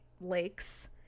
Lakes